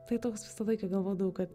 tai toks visą laiką galvodavau kad